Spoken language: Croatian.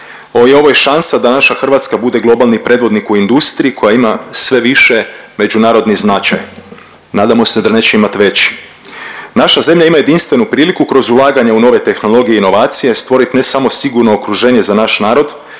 ovo je šansa da naša Hrvatska bude globalni predvodnik u industriji koja ima sve više međunarodni značaj. Nadamo se da neće imati veći. Naša zemlja ima jedinstvenu priliku kroz ulaganja u nove tehnologije i inovacije stvorit ne samo sigurno okruženje za naš narod